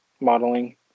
modeling